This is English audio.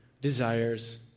desires